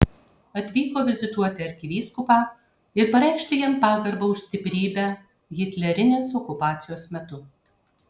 atvyko vizituoti arkivyskupą ir pareikšti jam pagarbą už stiprybę hitlerinės okupacijos metu